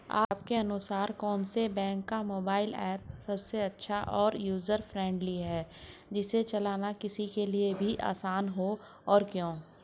आपके अनुसार कौन से बैंक का मोबाइल ऐप सबसे अच्छा और यूजर फ्रेंडली है जिसे चलाना किसी के लिए भी आसान हो और क्यों?